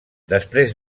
després